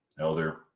Elder